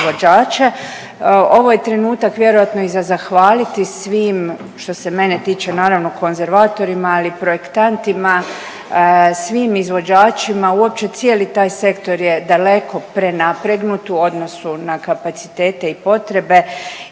Ovo je trenutak vjerojatno i za zahvaliti svim što se mene tiče naravno konzervatorima, ali i projektantima, svim izvođačima, uopće cijeli taj sektor je daleko prenapregnut u odnosu na kapacitete i potrebe